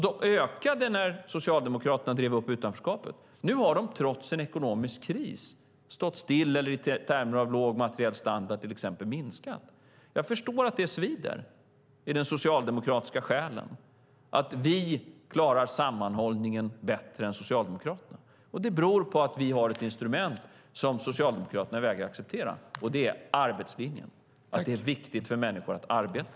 De ökade när Socialdemokraterna drev upp utanförskapet. Nu har de trots en ekonomisk kris stått still eller i termer av låg materiell standard, till exempel, minskat. Jag förstår att det svider i den socialdemokratiska själen att vi klarar sammanhållningen bättre än Socialdemokraterna. Det beror på att vi har ett instrument som Socialdemokraterna vägrar att acceptera, och det är arbetslinjen. Det är viktigt för människor att arbeta.